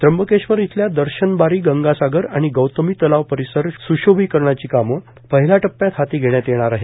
त्र्यंबकेश्वर इथल्या दर्शन बारी गंगासागर आणि गौतमी तलाव परिसर स्शोभीकरणाची कामं पहिल्या टप्प्यात हाती घेण्यात येणार आहेत